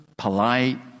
Polite